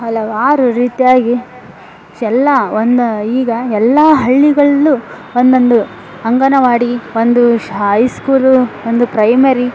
ಹಲವಾರು ರೀತಿಯಾಗಿ ಎಲ್ಲ ಒಂದು ಈಗ ಎಲ್ಲ ಹಳ್ಳಿಗಳಲ್ಲೂ ಒಂದೊಂದು ಅಂಗನವಾಡಿ ಒಂದು ಶಾ ಐ ಸ್ಕೂಲೂ ಒಂದು ಪ್ರೈಮರಿ